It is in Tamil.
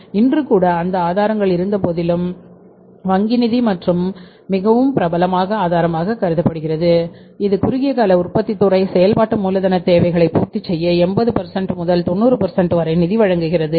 ஆனாலும் இன்றும் கூட அந்த ஆதாரங்கள் இருந்தபோதிலும் வங்கி நிதி மிகவும் பிரபலமான ஆதாரமாக கருதப்படுகிறது இது குறுகிய கால உற்பத்தித் துறை செயல்பாட்டு மூலதனத் தேவைகளை பூர்த்தி செய்ய 80 முதல் 90 நிதி வழங்குகிறது